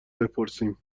بپرسیم